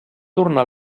tornar